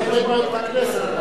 את ועדות הכנסת.